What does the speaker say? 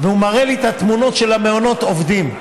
והוא מראה לי את התמונות של המעונות, עובדים.